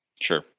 Sure